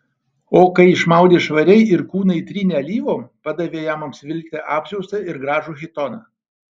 o kai išmaudė švariai ir kūną įtrynė alyvom padavė jam apsivilkti apsiaustą ir gražų chitoną